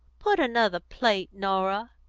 put another plate, norah,